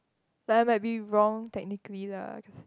like I might be wrong technically lah